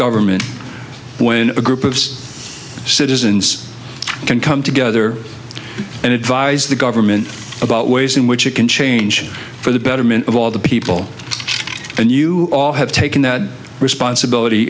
government when a group of citizens can come together and advise the government about ways in which it can change for the betterment of all the people and you all have taken that responsibility